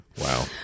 Wow